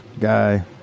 guy